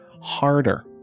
harder